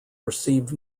received